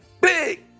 Big